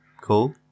cool